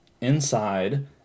inside